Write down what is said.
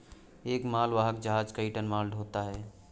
एक मालवाहक जहाज कई टन माल ढ़ोता है